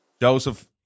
Joseph